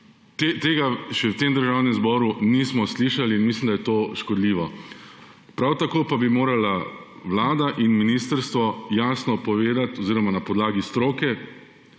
Tega še v tem državnem zboru nismo slišali in mislimo, da je to škodljivo. Prav tako pa bi morala Vlada in ministrstvo jasno povedati oziroma na podlagi stroke,